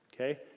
Okay